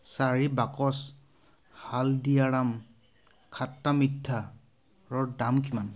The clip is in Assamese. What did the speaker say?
চাৰি বাকচ হালদিৰাম খট্টা মিঠাৰ দাম কিমান